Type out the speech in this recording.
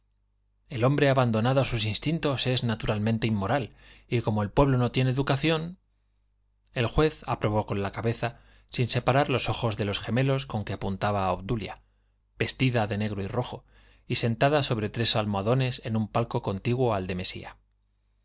el hombre abandonado a sus instintos es naturalmente inmoral y como el pueblo no tiene educación el juez aprobó con la cabeza sin separar los ojos de los gemelos con que apuntaba a obdulia vestida de negro y rojo y sentada sobre tres almohadones en un palco contiguo al de mesía